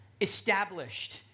established